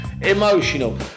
emotional